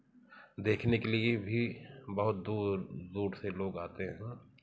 देखने के लिए भी बहुत दूर दूर से लोग आते हैं